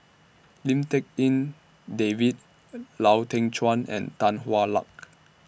Lim Tik En David Lau Teng Chuan and Tan Hwa Luck